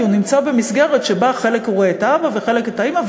כי הוא נמצא במסגרת שבחלק ממנה הוא רואה את האבא ובחלק את האימא,